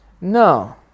No